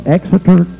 Exeter